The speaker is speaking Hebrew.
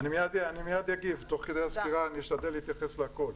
אני מיד אגיב, תוך כדי הסקירה אשתדל להתייחס להכל.